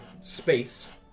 space